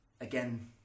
Again